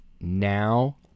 now